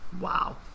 Wow